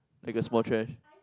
like a small trash